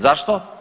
Zašto?